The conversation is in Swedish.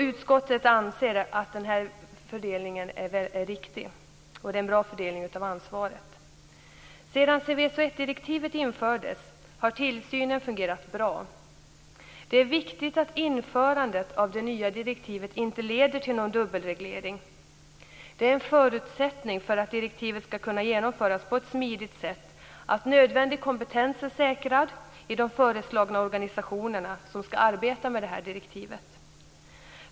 Utskottet anser att detta är en riktig och bra fördelning av ansvaret. Sedan Seveso I-direktivet infördes har tillsynen fungerat bra. Det är viktigt att införandet av det nya direktivet inte leder till någon dubbelreglering. Det är en förutsättning för att direktivet skall kunna genomföras på ett smidigt sätt att nödvändig kompetens är säkrad i de organisationer som föreslås komma att arbeta med direktivet.